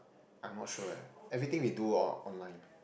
I'm not sure eh everything we do are online